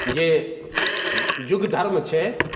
जे जुग धर्म छै